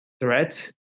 threats